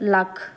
lakh